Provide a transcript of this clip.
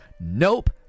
Nope